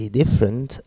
different